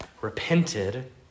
repented